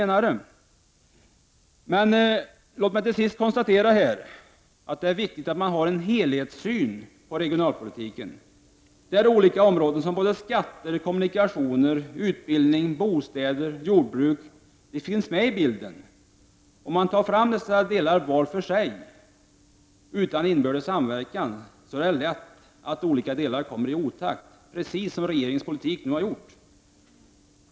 Jag vill dock till sist konstatera att det är viktigt att man har en helhetssyn på regionalpolitiken, där olika områden såsom skatter, kommunikationer, utbildning, bostäder och jordbruk finns med i bilden. Om man tar fram dessa delar var för sig utan inbördes samverkan är det lätt att olika delar kommer i otakt, precis som regeringens politik nu har gjort.